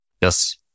Yes